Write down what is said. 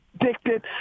addicted